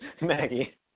Maggie